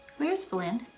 where's blynn?